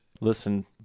listen